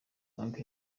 bank